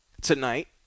Tonight